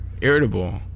Irritable